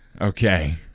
okay